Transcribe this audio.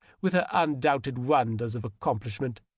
with her undoubted wonders of accomplishment,